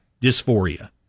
dysphoria